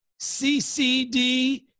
CCD